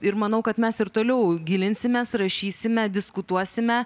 ir manau kad mes ir toliau gilinsimės rašysime diskutuosime